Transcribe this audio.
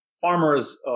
farmers